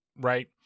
Right